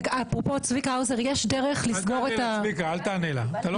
אל תענה לה.